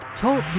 Talk